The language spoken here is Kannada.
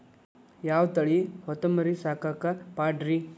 ಯಾವ ತಳಿ ಹೊತಮರಿ ಸಾಕಾಕ ಪಾಡ್ರೇ?